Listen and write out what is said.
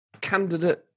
candidate